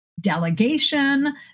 delegation